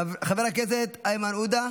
חבר הכנסת איימן עודה,